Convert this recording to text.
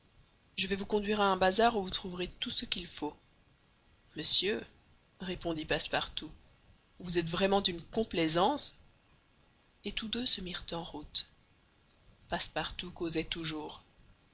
je vais vous conduire à un bazar où vous trouverez tout ce qu'il faut monsieur répondit passepartout vous êtes vraiment d'une complaisance et tous deux se mirent en route passepartout causait toujours